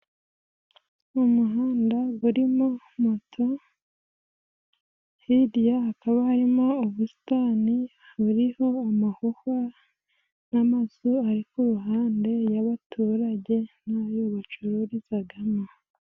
Mu muhanda urimo moto, hirya hakaba harimo ubusitani burimo amahuhwa, n'amazu ari ku ruhande y'abaturage na yo bacururizamo.